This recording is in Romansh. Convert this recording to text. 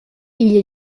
igl